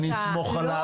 אני אסמוך עליו.